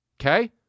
Okay